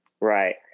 right